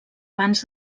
abans